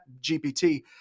gpt